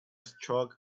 stroke